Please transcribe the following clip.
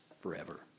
forever